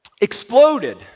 exploded